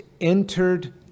entered